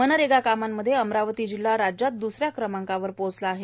मनरेगा कामांमध्ये अमरावती जिल्हा राज्यात दुस या क्रमांकावर पोहोचला आहे